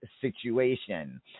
situation